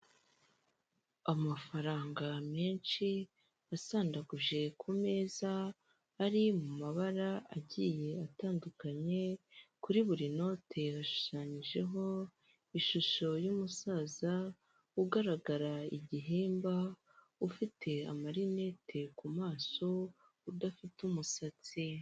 Amafaranga menshi asandaguje ku meza, ari mabara agiye atandukanye, kuri buri note hashushanyijeho ishusho y'umusaza ugaragara igihimba, ufite amarinete ku maso, udafite umusatsi.